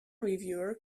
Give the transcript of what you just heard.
reviewer